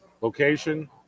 location